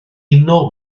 uno